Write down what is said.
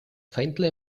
faintly